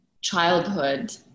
childhood